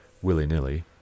willy-nilly